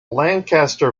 lancaster